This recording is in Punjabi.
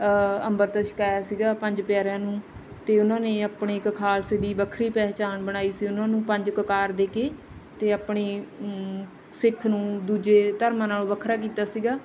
ਅੰਮ੍ਰਿਤ ਛਕਾਇਆ ਸੀਗਾ ਪੰਜ ਪਿਆਰਿਆਂ ਨੂੰ ਅਤੇ ਉਹਨਾਂ ਨੇ ਆਪਣੀ ਇੱਕ ਖਾਲਸੇ ਦੀ ਵੱਖਰੀ ਪਹਿਚਾਣ ਬਣਾਈ ਸੀ ਉਹਨਾਂ ਨੂੰ ਪੰਜ ਕਕਾਰ ਦੇ ਕੇ ਅਤੇ ਆਪਣੀ ਸਿੱਖ ਨੂੰ ਦੂਜੇ ਧਰਮਾਂ ਨਾਲੋਂ ਵੱਖਰਾ ਕੀਤਾ ਸੀਗਾ